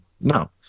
No